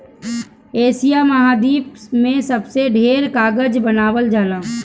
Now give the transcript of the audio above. Asia महाद्वीप में सबसे ढेर कागज बनावल जाला